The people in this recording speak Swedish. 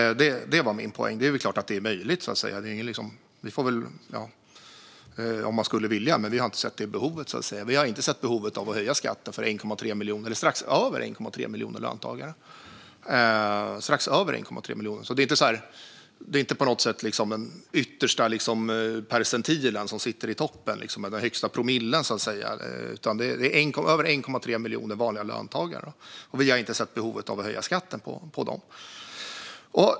Det var min poäng. Det är klart att det är möjligt om man skulle vilja, men vi har inte sett behov av att höja skatten för strax över 1,3 miljoner löntagare. Det är inte på något sätt den yttersta percentilen i toppen eller den högsta promillen, utan det är över 1,3 miljoner vanliga löntagare. Vi har inte sett behov av att höja skatten för dem.